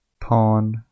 pawn